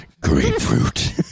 Grapefruit